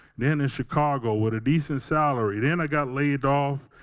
then in chicago with a decent salary. then i got laid off,